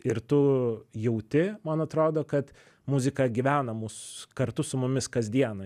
ir tu jauti man atrodo kad muzika gyvena mus kartu su mumis kasdieną